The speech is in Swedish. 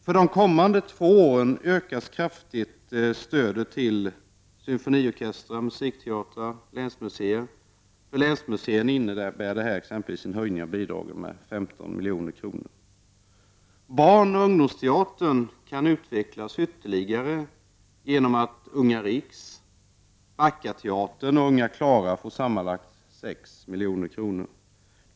För de kommande två åren föreslås ett kraftigt utökat stöd till symfoniorkestrar, musikteatrar och länsmuseer. För länsmuseerna innebär det en höjning av bidragen med 15 milj.kr. Barnoch ungdomsteatern kan utvecklas ytterligare genom att Unga Riks, Backateatern och Unga Klara får sammanlagt 6 milj.kr.